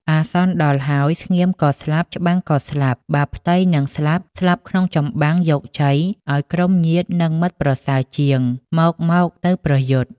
អាសន្នដល់ហើយស្ងៀម ក៏ស្លាប់ច្បាំងក៏ស្លាប់ បើផ្ទៃនឹងស្លាប់ៗក្នុងចម្បាំងយកជ័យឱ្យក្រុមញាតិនិងមិត្តប្រសើរ ជាងមក ! មក! ទៅប្រយុទ្ធ” ។